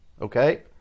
okay